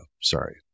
Sorry